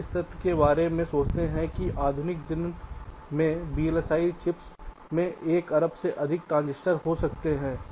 आप इस तथ्य के बारे में सोचते हैं कि आधुनिक दिन के वीएलएसआई चिप्स में एक अरब से अधिक ट्रांजिस्टर हो सकते हैं